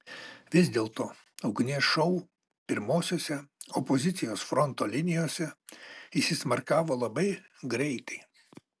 vis dėlto ugnies šou pirmosiose opozicijos fronto linijose įsismarkavo labai greitai